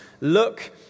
Look